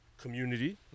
community